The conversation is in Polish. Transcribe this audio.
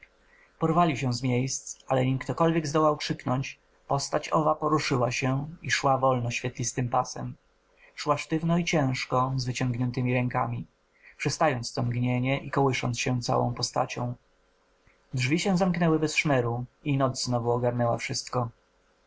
porwali się z miejsc ale nim ktokolwiek zdołał krzyknąć postać owa poruszyła się i szła wolno świetlistym pasem szła sztywno i ciężko z wyciągniętemi rękami przystając co mgnienie i kołysząc się całą postacią drzwi się zamknęły bez szmeru i noc znowu ogarnęła wszystko